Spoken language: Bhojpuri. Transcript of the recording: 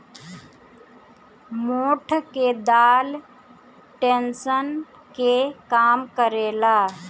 मोठ के दाल टेंशन के कम करेला